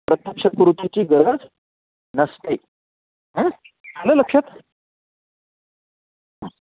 प्रत्यक्ष कृतीची गरज नसते हं आलं लक्षात हं